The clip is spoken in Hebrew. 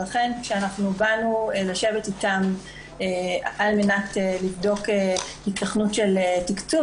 ולכן כשבאנו לשבת איתם על מנת לבדוק היתכנות של תקצוב,